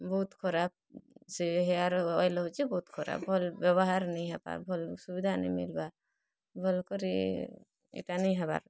ବହୁତ୍ ଖରାପ୍ ସେ ହେୟାର୍ ଅଏଲ୍ ହେଉଛେ ବହୁତ୍ ଖରାପ୍ ଭଲ୍ ବ୍ୟବହାର୍ ନାଇ ହେଵାର୍ ଭଲ୍ ସୁବିଧା ନାଇ ମିଲବାର୍ ଭଲ୍ କରି ଇ'ଟା ନେଇ ହେବାର୍